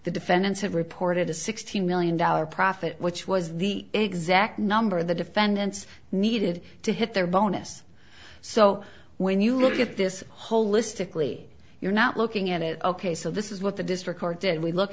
the defendants had reported a sixteen million dollars profit which was the exact number the defendants needed to hit their bonus so when you look at this holistically you're not looking at it ok so this is what the district court did we look